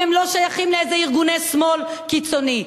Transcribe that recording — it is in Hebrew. הם לא שייכים לאיזה ארגוני שמאל קיצוניים.